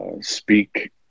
speak